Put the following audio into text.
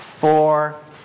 four